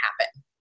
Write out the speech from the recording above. happen